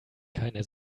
keine